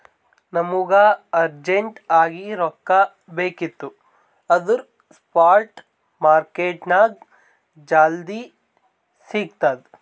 ನಮುಗ ಅರ್ಜೆಂಟ್ ಆಗಿ ರೊಕ್ಕಾ ಬೇಕಿತ್ತು ಅಂದುರ್ ಸ್ಪಾಟ್ ಮಾರ್ಕೆಟ್ನಾಗ್ ಜಲ್ದಿ ಸಿಕ್ತುದ್